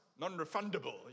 non-refundable